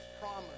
promise